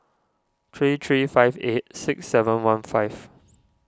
three three five eight six seven one five